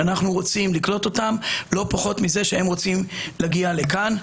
שאנחנו רוצים לקלוט אותם לא פחות מזה שהם רוצים להגיע לכאן.